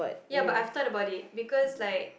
ya but I've thought about it because like